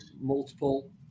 multiple